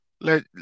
let